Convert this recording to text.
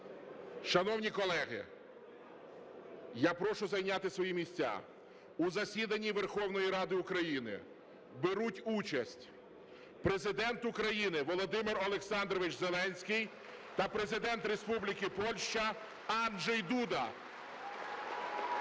Шановні колеги, я прошу зайняти свої місця. У засіданні Верховної Ради України беруть участь Президент України Володимир Олександрович Зеленський та Президент Республіки Польща Анджей Дуда.